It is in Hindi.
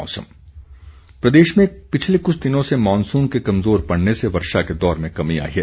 मौसम प्रदेश में पिछले कुछ दिनों से मॉनसून के कमज़ोर पड़ने से वर्षा के दौर में कमी आई है